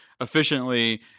efficiently